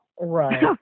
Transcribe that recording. Right